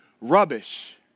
rubbish